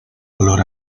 color